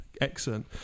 Excellent